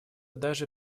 даже